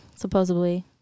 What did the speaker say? Supposedly